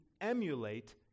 emulate